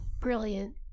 brilliant